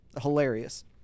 hilarious